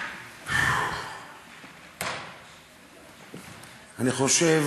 אני חושב